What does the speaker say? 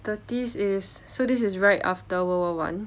thirties is so this is right after world war one